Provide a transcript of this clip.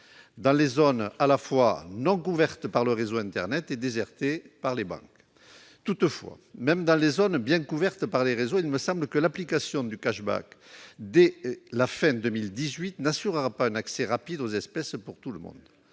dans les zones à la fois non couvertes par le réseau internet et désertées par les banques. Toutefois, même dans les zones bien couvertes par les réseaux, il me semble que l'application du dès la fin de 2018 n'assurera pas un accès rapide aux espèces pour tout le monde.